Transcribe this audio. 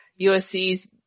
USC's